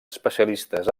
especialistes